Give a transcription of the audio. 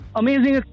amazing